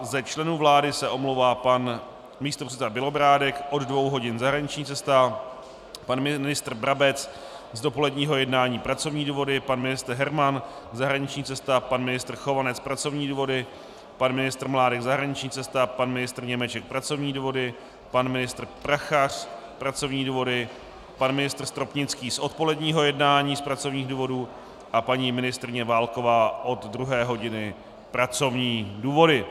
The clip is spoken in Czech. Ze členů vlády se omlouvá pan místopředseda Bělobrádek od 14 hodin zahraniční cesta, pan ministr Brabec z dopoledního jednání pracovní důvody, pan ministr Herman zahraniční cesta, pan ministr Chovanec pracovní důvody, pan ministr Mládek zahraniční cesta, pan ministr Němeček pracovní důvody, pan ministr Prachař pracovní důvody, pan ministr Stropnický z odpoledního jednání z pracovních důvodů a paní ministryně Válková od druhé hodiny pracovní důvody.